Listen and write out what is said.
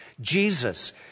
Jesus